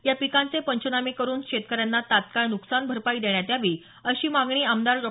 या पिकांचे पंचनामे करून शेतकऱ्यांना तात्काळ नुकसान भरपाई देण्यात यावी अशी मागणी आमदार डॉ